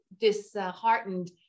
disheartened